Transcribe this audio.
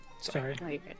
Sorry